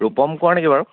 ৰূপম কোঁৱৰ নেকি বাৰু